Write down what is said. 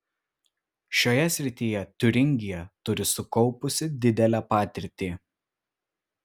šioje srityje tiūringija turi sukaupusi didelę patirtį